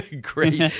Great